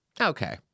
okay